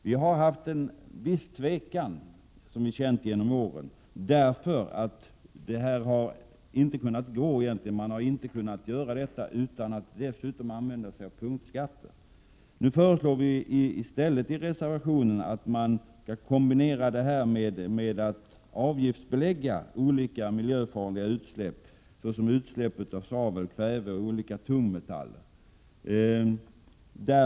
Vi har känt en viss tvekan genom åren, därför att detta inte har varit möjligt utan att även punktskatter används. Nu föreslås i reservationen att det görs en kombination med avgiftsbeläggning av olika miljöfarliga utsläpp, såsom utsläpp av svavel, kväve och olika tungmetaller.